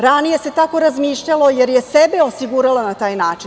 Ranije se tako razmišljalo jer je sebe osigurala na taj način.